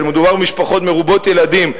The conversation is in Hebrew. ומדובר במשפחות מרובות ילדים,